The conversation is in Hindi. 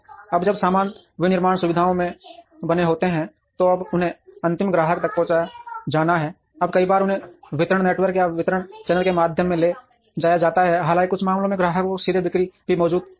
अब जब सामान विनिर्माण सुविधाओं में बने होते हैं तो अब उन्हें अंतिम ग्राहक तक पहुंचाया जाना है अब कई बार उन्हें वितरण नेटवर्क या वितरण चैनल के माध्यम से ले जाया जाता है हालांकि कुछ मामलों में ग्राहकों को सीधे बिक्री भी मौजूद होती है